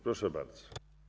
Proszę bardzo.